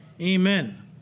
amen